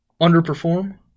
underperform